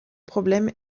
problème